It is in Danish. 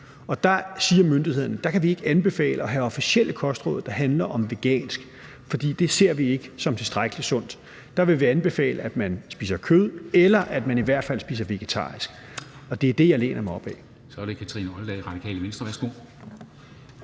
og der siger myndighederne, at vi ikke kan anbefale at have officielle kostråd, der handler om vegansk kost, for det ser vi ikke som værende tilstrækkelig sundt; dér vil vi anbefale, at man spiser kød, eller at man i hvert fald spiser vegetarisk, og det er det, jeg læner mig op ad. Kl. 10:12 Formanden (Henrik Dam